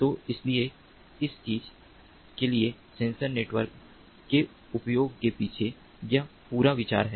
तो इसलिए इस चीज़ के लिए सेंसर नेटवर्क के उपयोग के पीछे यह पूरा विचार है